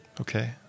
Okay